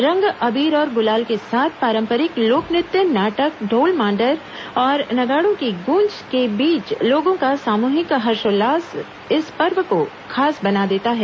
रंग अबीर और गुलाल के साथ पारंपरिक लोक नृत्य नाटक ढोल मांदर और नगाड़ों की गूंज के बीच लोगों का सामूहिक हर्षोल्लास इस पर्व को खास बना देता है